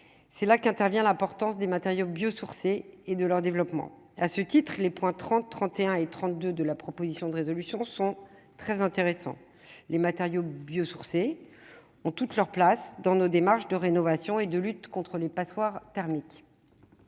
c'est là qu'intervient l'importance des matériaux biosourcés et de leur développement à ce titre-les points 30 31 et 32 de la proposition de résolution sont très intéressants, les matériaux biosourcés ont toute leur place dans nos démarches de rénovation et de lutte contre les passoires thermiques,